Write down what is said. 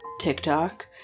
tiktok